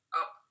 up